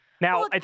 Now